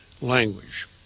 language